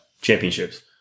Championships